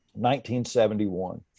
1971